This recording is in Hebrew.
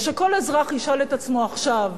וכשכל אזרח ישאל את עצמו עכשיו,